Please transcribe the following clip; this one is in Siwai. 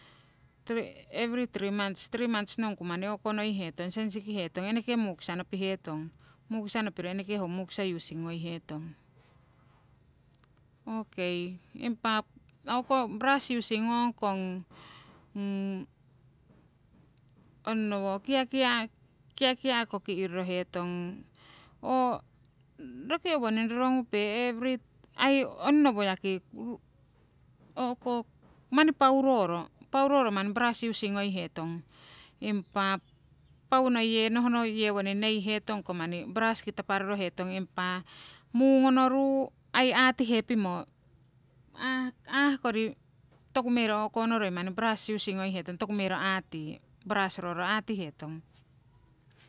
every three months, three months nongku manni o'konoihetong sensiki hetong, eneke musika nopihetong. Mukisah nopiro eneke ho mukisa using ngoihetong. Okei impa o'ko brush using ngongkong onnowo kiakia', kiakia, ko ki' rorohetong oo roki owoning rorongupe every aii onnowo yaki o'ko manni pauroro, pauroro manni brush using ngoihetong. Impa pau noi yewoning yenohno neihetong ko manni brush ki taparoto hetong, impa mungonoru aii aatihe pimo aah kori toku mero o'konoroi manni brush using ngoihetong toku mero aati, brush roro aatihetong.